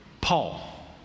Paul